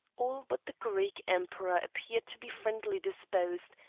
all but the greek emperor appeared to be friendlily disposed,